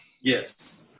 Yes